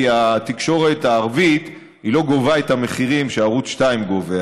כי התקשורת הערבית לא גובה את המחירים שערוץ 2 גובה,